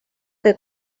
que